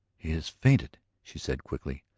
he has fainted, she said quickly.